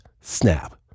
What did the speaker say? snap